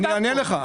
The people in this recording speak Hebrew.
אני אענה לך.